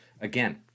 Again